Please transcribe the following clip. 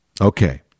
Okay